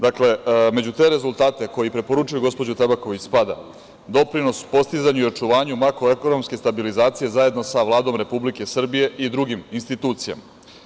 Dakle, među te rezultate koji preporučuju gospođu Tabaković spada doprinos postizanju i očuvanju makroekonomske stabilizacije zajedno sa Vladom Republike Srbije i drugim institucijama.